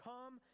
Come